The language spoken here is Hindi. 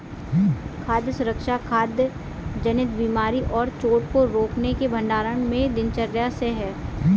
खाद्य सुरक्षा खाद्य जनित बीमारी और चोट को रोकने के भंडारण में दिनचर्या से है